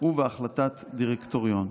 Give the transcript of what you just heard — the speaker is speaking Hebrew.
ובהחלטת דירקטוריון".